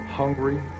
hungry